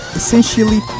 essentially